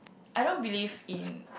I don't believe in